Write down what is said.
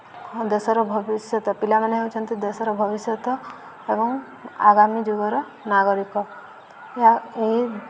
ହଁ ଦେଶର ଭବିଷ୍ୟତ ପିଲାମାନେ ହେଉଛନ୍ତି ଦେଶର ଭବିଷ୍ୟତ ଏବଂ ଆଗାମୀ ଯୁଗର ନାଗରିକ ଏହା ଏହି